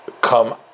come